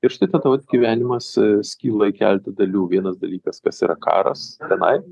ir štai tada vat gyvenimas sklyla į keleta dalių vienas dalykas kas yra karas tenai